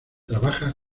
trabaja